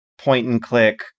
point-and-click